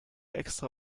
extra